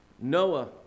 Noah